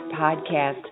Podcast